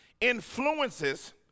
influences